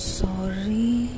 sorry